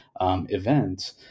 event